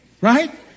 right